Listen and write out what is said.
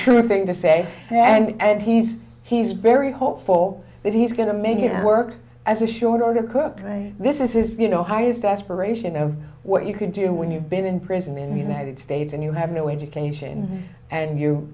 true thing to say and he's he's very hopeful that he's going to make it work as a short order cook this is his you know highest aspiration you know what you could do when you've been in prison in the united states and you have no education and you